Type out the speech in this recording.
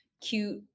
cute